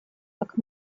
как